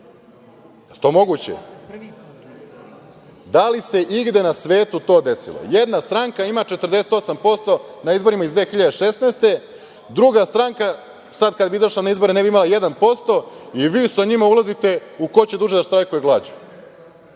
to moguće? Da li se igde na svetu to desilo? Jedna stranka ima 48% na izborima iz 2016. godine, druga stranka, sad kada bi izašla ne bi imala ni 1%, i vi sa njima ulazite u to ko će duže da štrajkuje glađu.